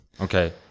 Okay